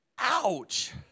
Ouch